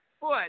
foot